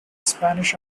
spanish